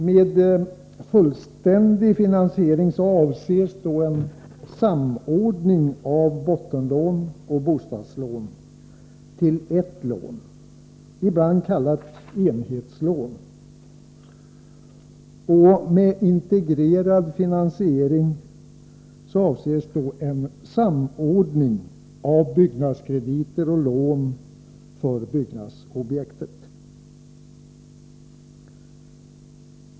Med fullständig finansiering avses en samordning av bottenlån och bostadslån till ett lån, ibland kallat enhetslån. Med integrerad finansiering avses en samordning av byggnadskrediter och lån för byggnadsobjektet.